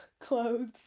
clothes